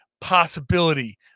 possibility